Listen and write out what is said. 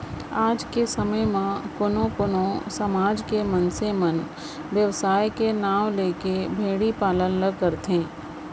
आज के समे म कोनो कोनो समाज के मनसे मन बेवसाय के नांव लेके भेड़ी पालन ल करत हें